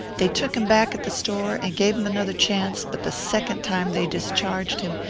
they took him back at the store, and gave him another chance but the second time they discharged him,